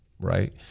Right